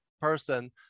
person